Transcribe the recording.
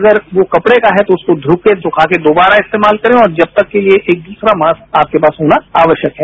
अगर वो कपड़े का है तो उसे धोकर सुखाकर दोबारा इस्तेमाल करें और जब तक के लिए एक दूसरा मास्क आपके पास होना आवश्यक है